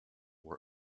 were